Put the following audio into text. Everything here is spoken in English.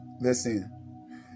Listen